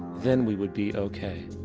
then we would be okay.